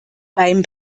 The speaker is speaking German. beim